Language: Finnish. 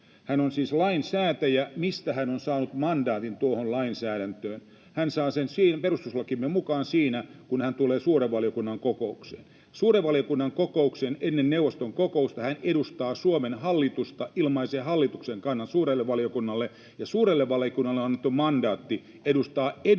Hän on siis lainsäätäjä. Mistä hän on saanut mandaatin tuohon lainsäädäntöön? Hän saa sen perustuslakimme mukaan siinä, kun hän tulee suuren valiokunnan kokoukseen — suuren valiokunnan kokoukseen ennen neuvoston kokousta. Hän edustaa Suomen hallitusta, ilmaisee hallituksen kannan suurelle valiokunnalle, ja suurelle valiokunnalle on annettu mandaatti edustaa eduskuntaa